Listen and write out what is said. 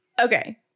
Okay